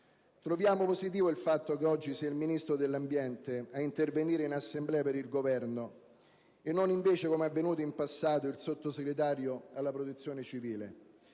Troviamo positivo il fatto che oggi sia il Ministro dell'ambiente ad intervenire in Assemblea per il Governo e non invece, come è avvenuto in passato, il Sottosegretario alla protezione civile.